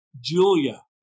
Julia